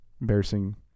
embarrassing